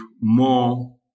more